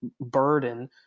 burden